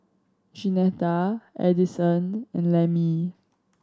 Jeanetta Addison and Lemmie